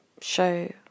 show